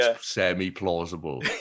semi-plausible